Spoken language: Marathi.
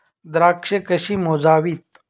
द्राक्षे कशी मोजावीत?